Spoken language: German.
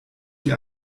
die